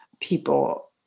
People